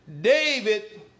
David